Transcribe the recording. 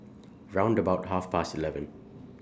round about Half Past eleven